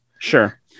sure